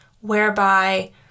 whereby